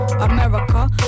America